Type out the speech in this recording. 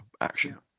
action